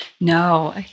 No